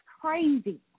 crazy